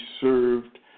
served